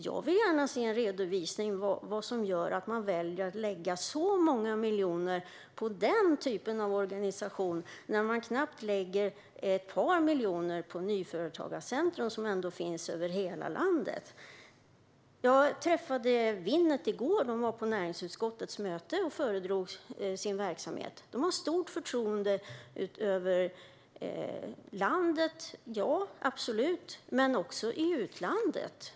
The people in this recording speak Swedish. Jag vill gärna se en redovisning av vad som gör att man väljer att lägga så många miljoner på den typen av organisation när man knappt lägger ett par miljoner på Nyföretagarcentrum som ändå finns över hela landet. Jag träffade företrädare för Winnet i går. De var på näringsutskottets möte och föredrog sin verksamhet. De har stort förtroende i landet, absolut, men också i utlandet.